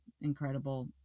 incredible